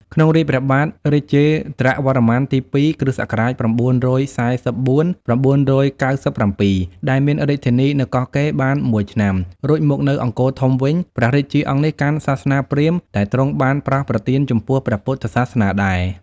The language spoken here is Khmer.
ក្នុងរាជ្យព្រះបាទរាជេន្ទ្រវរ្ម័នទី២ (គ.ស ៩៤៤-៩៦៧) ដែលមានរាជធានី នៅកោះកេរបានមួយឆ្នាំ រួចមកនៅអង្គរធំវិញ ព្រះរាជាអង្គនេះកាន់សាសនាព្រាហ្មណ៍ តែទ្រង់បានប្រោសប្រទានចំពោះព្រះពុទ្ធសាសនាដែរ ។